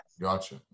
Gotcha